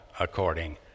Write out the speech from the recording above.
according